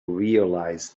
realize